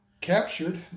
Captured